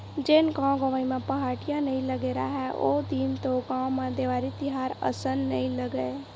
जेन गाँव गंवई म पहाटिया नइ लगे राहय ओ दिन तो गाँव म देवारी तिहार असन नइ लगय,